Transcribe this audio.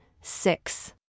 six